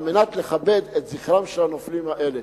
על מנת לכבד את זכרם של הנופלים האלה.